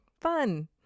fun